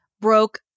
broke